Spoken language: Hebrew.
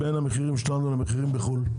מה ההבדל בין המחירים שלנו לבין המחירים בחו"ל?